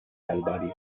calvario